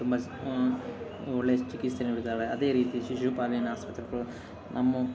ತುಂಬ ಒಳ್ಳೆಯ ಚಿಕಿತ್ಸೆ ನೀಡುತ್ತಾರೆ ಅದೇ ರೀತಿ ಶಿಶುಪಾಲನೆ ಆಸ್ಪತ್ರೆಗಳು ನಮ್ಮ